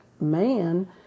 man